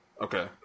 Okay